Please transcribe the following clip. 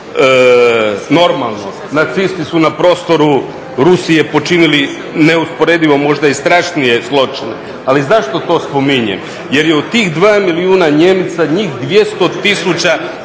Normalno, nacisti su na prostoru Rusije počinili neusporedivo možda i strašnije zločine. Ali zašto to spominjem? Jer je u tih 2 milijuna Njemica njih 200 tisuća